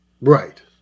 Right